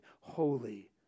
holy